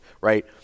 right